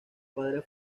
padres